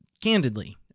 candidly